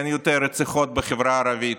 אין יותר רציחות בחברה הערבית,